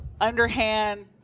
underhand